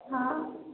हाँ